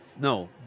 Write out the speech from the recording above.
No